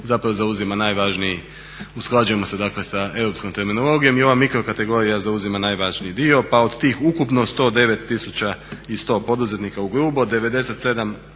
zapravo zauzima najvažniji, usklađujemo se dakle sa europskom terminologijom, i ova mikro kategorija zauzima najvažniji dio pa od tih ukupno 109 100 poduzetnika ugrubo 97